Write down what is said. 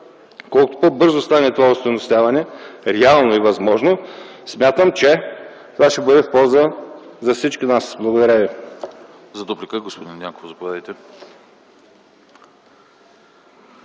колкото по-бързо стане това остойностяване реално и възможно, смятам, че това ще бъде от полза за всички нас. Благодаря ви.